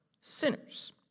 sinners